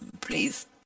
Please